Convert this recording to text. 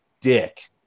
dick